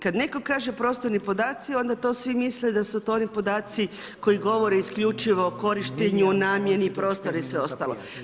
Kad netko kaže prostorni podaci, onda to svi misle da su to oni podaci koji govore isključivo o korištenju, namjeni, prostor i sve ostalo.